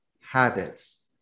habits